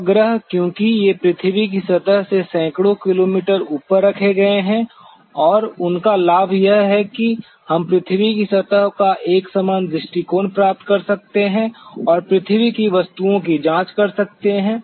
उपग्रह क्योंकि ये पृथ्वी की सतह से सैकड़ों किलोमीटर ऊपर रखे गए हैं और उनका लाभ यह है कि हम पृथ्वी की सतह का एक समान दृष्टिकोण प्राप्त कर सकते हैं और पृथ्वी की वस्तुओं की जांच कर सकते हैं